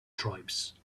tribes